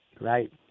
right